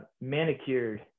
manicured